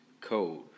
code